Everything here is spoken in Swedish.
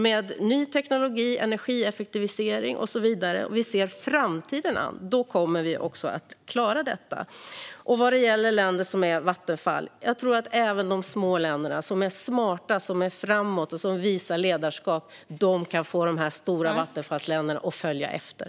Med ny teknologi, energieffektivisering och så vidare ser vi framtiden an, och då kommer vi också att klara detta. Vad gäller länder som har vattenfall tror jag att de små länder som är smarta och framåt och som visar ledarskap kan få de stora vattenfallsländerna att följa efter.